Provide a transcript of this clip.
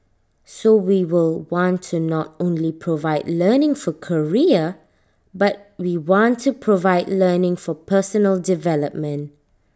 so we will want to not only provide learning for career but we want to provide learning for personal development